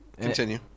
Continue